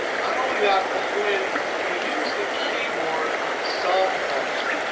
not only that, but when you use the keyboard for the sum function,